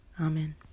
Amen